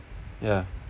ya